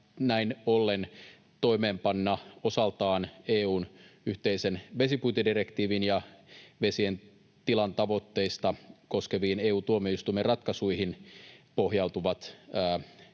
näin ollen toimeenpanna osaltaan EU:n yhteisen vesipuitedirektiivin ja vesien tilan tavoitteista koskeviin EU:n tuomioistuimen ratkaisuihin pohjautuvat